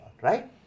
Right